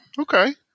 Okay